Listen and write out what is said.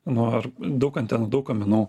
nu ar daug antenų daug kaminų